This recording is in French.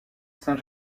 saint